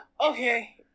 okay